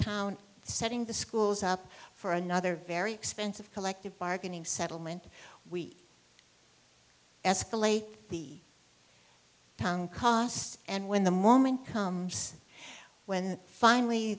town setting the schools up for another very expensive collective bargaining settlement we escalate the tongue costs and when the moment comes when finally